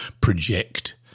project